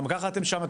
גם ככה אתם שם.